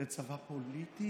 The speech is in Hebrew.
זה צבא פוליטי,